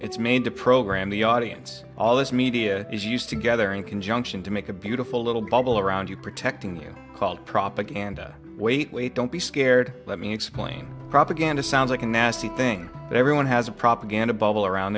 it's made to program the audience all this media is used together in conjunction to make a beautiful little bubble around you protecting you called propaganda wait wait don't be scared let me explain propaganda sounds like a nasty thing everyone has a propaganda bubble